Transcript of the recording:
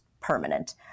permanent